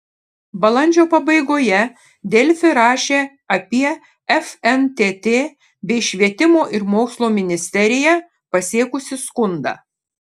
balandžio pabaigoje delfi rašė apie fntt bei švietimo ir mokslo ministeriją pasiekusį skundą